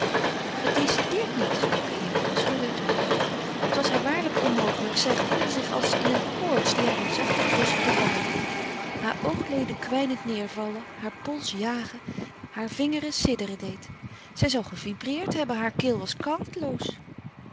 gedecideerd niet sprak eline en schudde het hoofd het was haar waarlijk onmogelijk zij gevoelde zich als in een koorts die haar een zachten blos op de wangen joeg haar oogleden kwijnend neêrvallen haar pols jagen haar vingeren sidderen deed zij zou gevibreerd hebben haar keel was